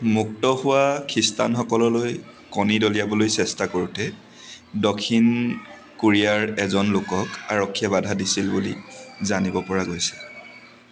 মুক্ত হোৱা খ্ৰীষ্টানসকললৈ কণী দলিয়াবলৈ চেষ্টা কৰোঁতে দক্ষিণ কোৰিয়াৰ এজন লোকক আৰক্ষীয়ে বাধা দিছিল বুলি জানিব পৰা গৈছে